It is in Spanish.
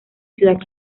ciudad